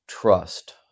Trust